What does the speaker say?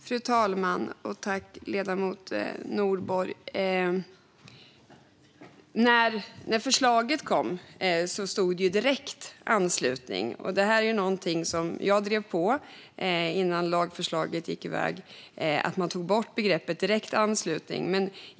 Fru talman! Tack, ledamoten Nordborg! När förslaget kom stod det "direkt anslutning". Någonting som jag drev på innan lagförslaget gick iväg var att man tog bort begreppet direkt anslutning.